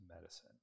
medicine